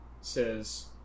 says